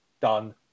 done